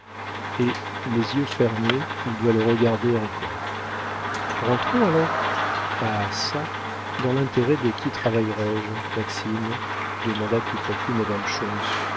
et les yeux fermés il doit le regarder encore rentrons alors ah çà dans l'intérêt de qui travaillerai je maxime demanda tout à coup madame